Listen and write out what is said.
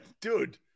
Dude